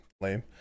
lame